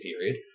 period